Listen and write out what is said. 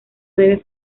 debe